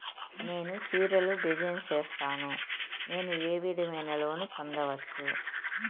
నేను చీరలు డిజైన్ సేస్తాను, నేను ఏ విధమైన లోను పొందొచ్చు